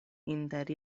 inter